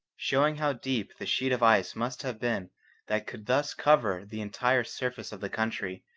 showing how deep the sheet of ice must have been that could thus cover the entire surface of the country,